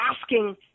asking